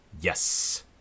Yes